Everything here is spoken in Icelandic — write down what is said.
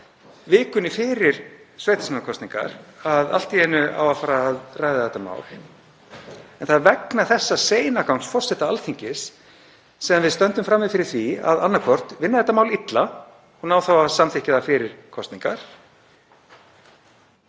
vikunni fyrir sveitarstjórnarkosningar, sem allt í einu á að fara að ræða þetta mál. En það er vegna seinagangs forseta Alþingis sem við stöndum frammi fyrir því að annaðhvort vinna þetta mál illa og ná að samþykkja það fyrir kosningar